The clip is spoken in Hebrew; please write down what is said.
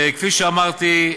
כפי שאמרתי,